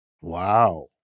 Wow